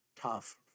tough